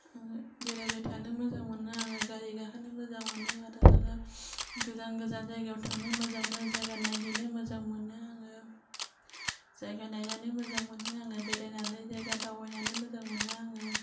आङो बेरायबाय थानो मोजां मोनो आङो गारि गाखोनो मोजां मोनो आरो आङो गोजान गोजान जायगायाव थांनो मोजां मोनो जायगा नायहैनो मोजां मोनो आङो जायगा नायनानै मोजां मोनो आङो बेरायनानै जायगा दावबायनानै मोजां मोनो आङो